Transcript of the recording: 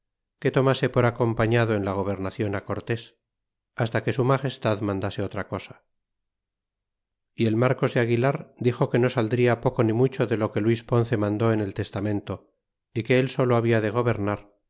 que tomase por acompañado en la gobernacion cortés hasta que su magestad mandase otra cosa y el marcos de aguilar dixo que no saldria poco ni mucho de lo que luis ponce mandó en el testamento y que él solo habla de gobernar